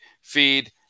feed